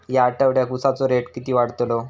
या आठवड्याक उसाचो रेट किती वाढतलो?